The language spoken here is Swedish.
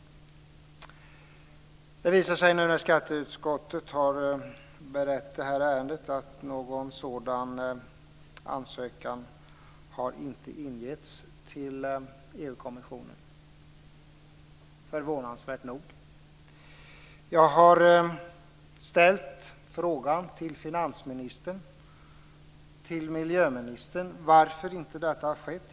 Det visar sig nu när skatteutskottet har berett det här ärendet att någon sådan ansökan förvånansvärt nog inte har ingetts till EU-kommissionen. Jag har till finansministern och till miljöministern ställt frågan varför detta inte har skett.